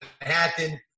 Manhattan